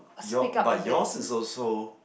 your but yours is also